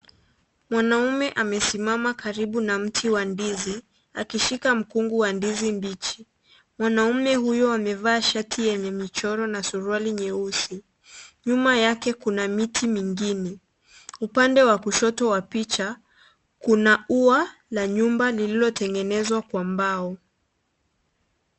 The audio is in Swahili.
Mwanaume amesimama karibu na mti wa ndizi akishika mkungu wa ndizi mbichi. Mwanaume huyo, amevaa shati yenye michoro na suruali nyeusi. Nyuma yake kuna miti mingine. Upande wa kushoto wa picha kuna ua na nyumba lililotengenezwa kwa mbao.